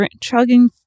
chugging